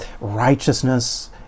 righteousness